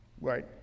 Right